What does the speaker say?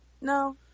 no